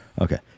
Okay